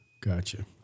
Gotcha